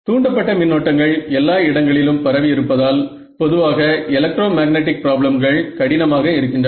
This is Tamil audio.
தூண்டப்பட்ட மின்னோட்டங்கள் எல்லா இடங்களிலும் பரவி இருப்பதால் பொதுவாக எலக்ட்ரோ மேக்னெட்டிக் ப்ராப்ளம்கள் கடினமாக இருக்கின்றன